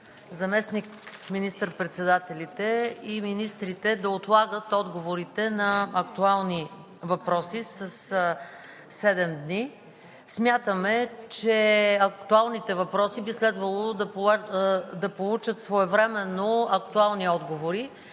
заместник министър-председателите и министрите да отлагат отговорите на актуални въпроси със седем дни. Смятаме, че актуалните въпроси би следвало да получат своевременно актуални отговори,